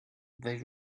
they